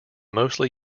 mostly